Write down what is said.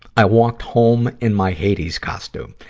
i walked home in my hades costume.